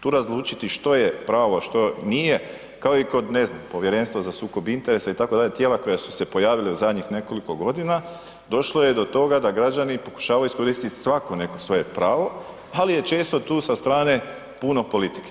Tu razlučiti što je pravo, a što nije, kao i kod, ne znam, Povjerenstva za sukob interesa, itd., tijela koja su pojavila u zadnjih nekoliko godina, došlo je do toga da građani pokušavaju iskoristiti svako neko svoje pravo, ali je često tu sa strane puno politike.